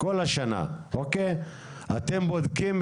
במשך כל השנה, אתם בודקים